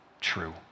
true